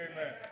Amen